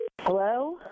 Hello